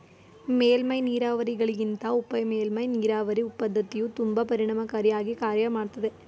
ಮೇಲ್ಮೈ ನೀರಾವರಿಗಳಿಗಿಂತ ಉಪಮೇಲ್ಮೈ ನೀರಾವರಿ ಪದ್ಧತಿಯು ತುಂಬಾ ಪರಿಣಾಮಕಾರಿ ಆಗಿ ಕಾರ್ಯ ಮಾಡ್ತದೆ